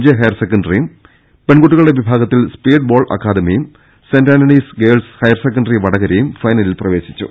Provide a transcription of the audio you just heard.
J ഹയർസെക്കൻഡറിയും പെൺകുട്ടികളുടെ വിഭാഗത്തിൽ സ്പീഡ് ബോൾ അക്കാഡമിയും സെന്റ് ആന്റണീസ് ഗേൾസ് ഹയർസെക്കൻഡറി വടകരയും ഫൈനലിൽ പ്രവേശിച്ചു